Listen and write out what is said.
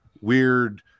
weird